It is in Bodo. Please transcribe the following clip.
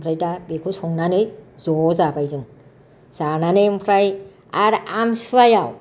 ओमफ्राय दा बेखौ संनानै ज' जाबाय जों जानानै ओमफ्राय आरो आमथि सुवायाव